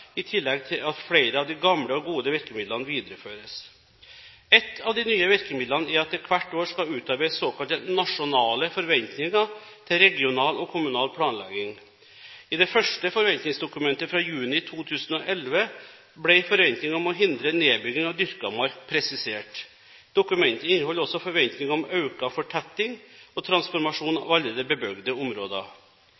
i tillegg til at flere av de gamle og gode virkemidlene videreføres. Ett av de nye virkemidlene er at det hvert fjerde år skal utarbeides såkalte nasjonale forventninger til regional og kommunal planlegging. I det første forventningsdokumentet fra juni 2011 ble forventninger om å hindre nedbygging av dyrka mark presisert. Dokumentet inneholder også forventninger om økt fortetting og transformasjon